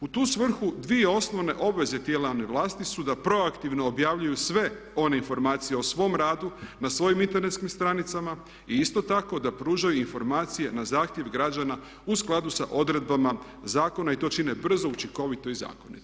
U tu svrhu dvije osnovne obveze tijela javne vlasti su da proaktivno objavljuju sve one informacije o svom radu na svojim internetskim stranicama i isto tako da pružaju informacije na zahtjev građana u skladu sa odredbama zakona i to čine brzo, učinkovito i zakonito.